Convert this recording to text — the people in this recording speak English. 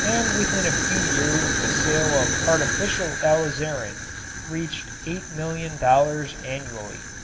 and within a few years the sale of artificial alizarin reached eight million dollars annually.